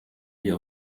wir